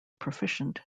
proficient